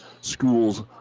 schools